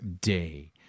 day